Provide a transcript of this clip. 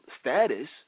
status